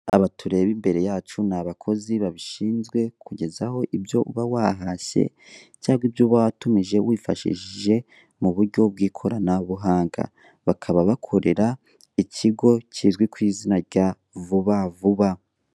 Aba tureba imbere yacu ni abakozi babishinzwe kukugezaho ibyo uba wahashye cyangwa ibyo uba watumije wifashishije mu buryo bw'ikoranabuhanga. Bakaba bakorera ikigo kizwi ku izina rya vuba vuba.